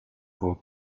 vos